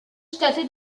stätte